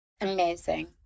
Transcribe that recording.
Amazing